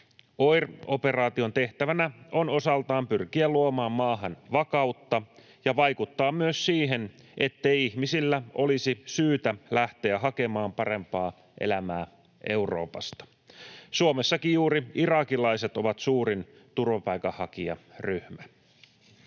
OIR-operaation tehtävänä on osaltaan pyrkiä luomaan maahan vakautta ja vaikuttaa myös siihen, ettei ihmisillä olisi syytä lähteä hakemaan parempaa elämää Euroopasta. Suomessakin juuri irakilaiset ovat suurin turvapaikanhakijaryhmä.